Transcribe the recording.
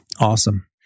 Awesome